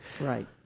Right